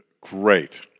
great